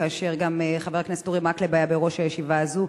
כאשר גם חבר הכנסת אורי מקלב היה בראש הישיבה הזו,